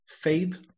faith